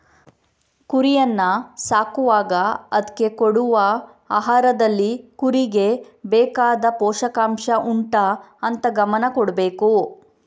ಕುರಿಯನ್ನ ಸಾಕುವಾಗ ಅದ್ಕೆ ಕೊಡುವ ಆಹಾರದಲ್ಲಿ ಕುರಿಗೆ ಬೇಕಾದ ಪೋಷಕಾಂಷ ಉಂಟಾ ಅಂತ ಗಮನ ಕೊಡ್ಬೇಕು